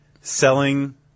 selling